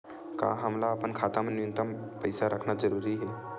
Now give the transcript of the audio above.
का हमला अपन खाता मा न्यूनतम पईसा रखना जरूरी हे?